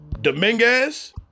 Dominguez